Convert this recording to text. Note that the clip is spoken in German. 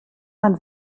man